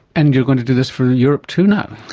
and you're going to do this for europe too now?